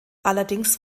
allerdings